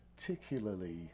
particularly